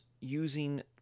using